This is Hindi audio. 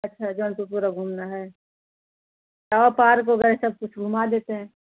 अच्छा जौनपुर पूरा घूमना है आओ पार्क वगैरह सब कुछ घूमा देते हैं